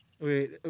Wait